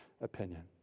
opinion